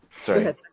Sorry